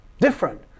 Different